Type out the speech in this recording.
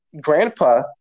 Grandpa